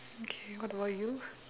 okay what about you